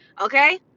okay